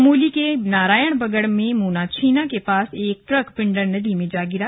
चमोली के नारायणबगड़ में मोनाछीना के पास एक ट्रक पिंडर नदी में जा गिरा